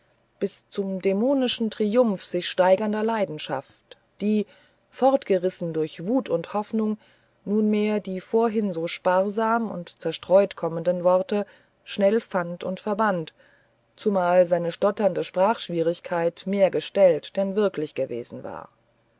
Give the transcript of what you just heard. bis zum dämonischen triumph sich steigernder leidenschaft die fortgerissen durch wut und hoffnung nunmehr die vorhin so sparsam und zerstreut kommenden worte schnell fand und verband zumal seine stotternde sprachschwierigkeit mehr verstellt denn wirklich gewesen war